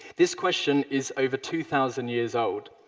this question is over two thousand years old.